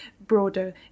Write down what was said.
broader